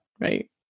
Right